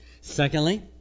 Secondly